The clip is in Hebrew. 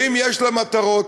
האם יש לה מטרות?